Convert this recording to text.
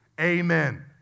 amen